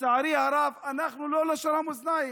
לצערי הרב אנחנו לא לשון המאזניים,